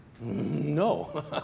No